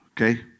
Okay